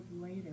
later